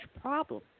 problem